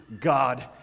God